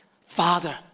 Father